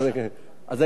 אני רוצה אחרי